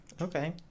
Okay